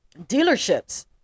dealerships